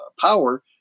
power